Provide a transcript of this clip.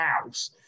house